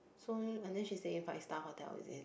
so unless she stay five star hotel is it